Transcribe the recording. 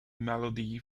melody